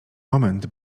moment